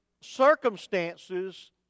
circumstances